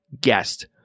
guest